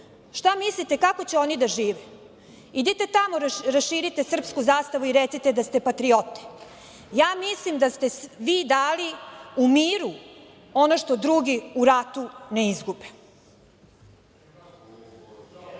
Šta mislite kako će oni da žive? Idite tamo raširite srpsku zastavu i recite da ste patriote. Ja mislim da ste vi dali u miru ono što dugi u ratu ne izgube.